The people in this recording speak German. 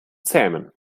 zähmen